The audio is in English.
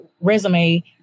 resume